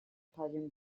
podium